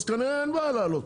אז כנראה אין בעיה להעלות.